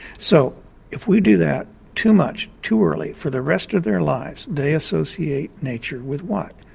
so if we do that too much too early, for the rest of their lives they associate nature with what?